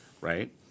right